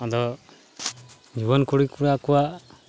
ᱟᱫᱚ ᱡᱩᱣᱟᱹᱱ ᱠᱩᱲᱤ ᱠᱚᱲᱟ ᱠᱚᱣᱟᱜ